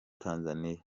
tanzania